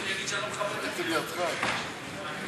של קבוצת סיעת המחנה הציוני וקבוצת סיעת מרצ